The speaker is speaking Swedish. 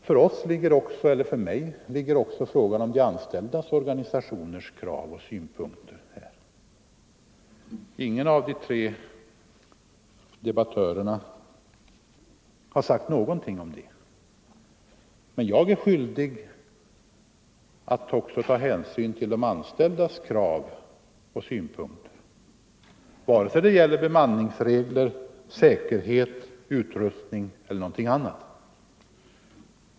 För mig är det också fråga om kraven och synpunkterna från de anställdas organisationer. Ingen av de tre debattörerna har sagt någonting om detta, men jag är skyldig att också ta hänsyn till de anställdas krav och synpunkter antingen det gäller bemanningsregler, säkerhet, utrustning eller någonting annat.